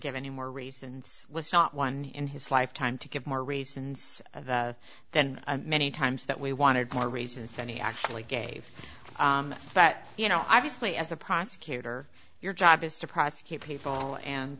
give anymore reasons was not one in his lifetime to give more reasons the than many times that we wanted more reasons than he actually gave but you know obviously as a prosecutor your job is to prosecute people and